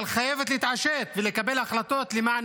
אבל היא חייבת להתעשת ולקבל החלטות למען